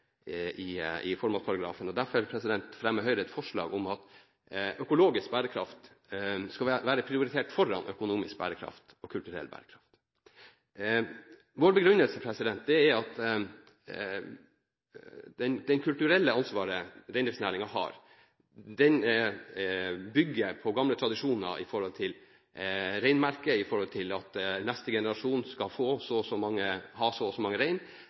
i formålsparagrafen. Derfor fremmer Høyre et forslag om at økologisk bærekraft skal være prioritert foran økonomisk bærekraft og kulturell bærekraft. Vår begrunnelse er at det kulturelle ansvaret reindriftsnæringen har, bygger på gamle tradisjoner med hensyn til reinmerke og for at neste generasjon skal ha så og så mange